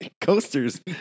coasters